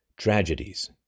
tragedies